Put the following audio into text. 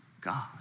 God